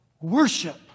worship